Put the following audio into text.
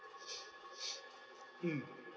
mm